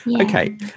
Okay